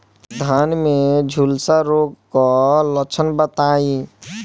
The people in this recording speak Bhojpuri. धान में झुलसा रोग क लक्षण बताई?